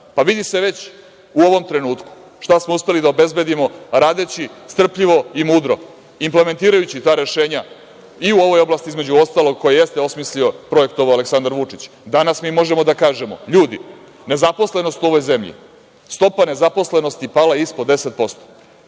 Vidi se već u ovom trenutku šta smo uspeli da obezbedimo radeći strpljivo i mudro implementirajući ta rešenja i u ovoj oblasti, između ostalog koju jeste osmislio i projektovao Aleksandar Vučić. Danas mi možemo da kažemo – ljudi nezaposlenost u ovoj zemlji, stopa nezaposlenosti pala je ispod 10%.